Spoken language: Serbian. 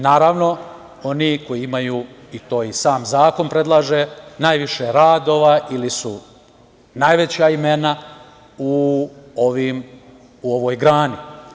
Naravno, oni koji imaju, a to i sam zakon predlaže, najviše radova ili su najveća imena u ovoj grani.